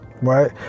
right